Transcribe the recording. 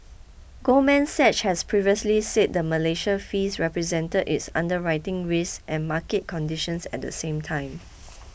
Goldman Sachs has previously said the Malaysia fees represented its underwriting risks and market conditions at the same time